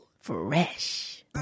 fresh